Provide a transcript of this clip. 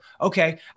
Okay